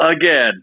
again